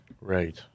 Right